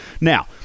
Now